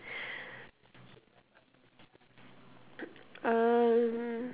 um